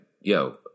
yo